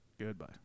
Goodbye